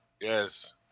yes